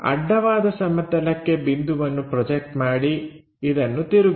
ಅಡ್ಡವಾದ ಸಮತಲಕ್ಕೆ ಬಿಂದುವನ್ನು ಪ್ರೊಜೆಕ್ಟ್ ಮಾಡಿ ಇದನ್ನು ತಿರುಗಿಸಿ